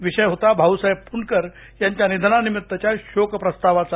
विषय होता भाऊसाहेब फुंडकर यांच्या निधनानिमित्तच्या शोक प्रस्तावाचा